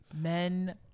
Men